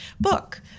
book